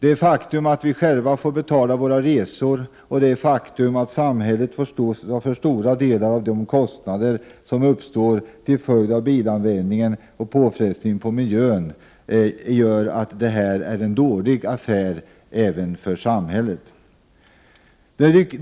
Det faktum att vi själva får betala våra resor till stormarknaderna och det faktum att samhället får stå för stora delar av de kostnader som uppstår till följd av bilanvändningen och påfrestningen på miljön gör att detta är en dålig affär även för samhället.